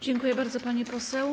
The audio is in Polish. Dziękuję bardzo, pani poseł.